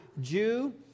jew